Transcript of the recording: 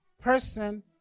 person